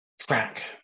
track